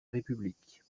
république